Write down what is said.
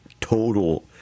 total